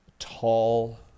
tall